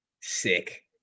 Sick